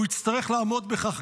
והוא יצטרך לעמוד בכך,